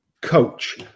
coach